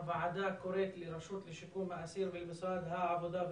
הוועדה קוראת לרשות לשיקום האסיר ולמשרד העבודה,